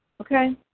Okay